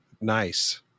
Nice